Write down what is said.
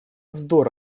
вздор